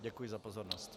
Děkuji za pozornost.